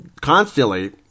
constantly